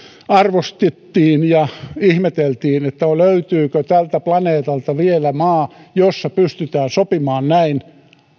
arvostettiin ja ihmeteltiin että löytyykö tältä planeetalta vielä maa jossa pystytään sopimaan näin